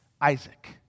Isaac